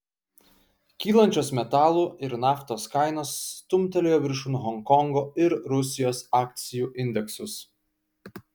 kylančios metalų ir naftos kainos stumtelėjo viršun honkongo ir rusijos akcijų indeksus